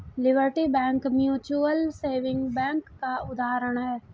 liberty bank mutual saving bank का उदाहरण है